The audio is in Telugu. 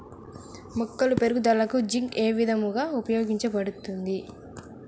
మొక్కల పెరుగుదలకు జింక్ ఏ విధముగా ఉపయోగపడుతుంది?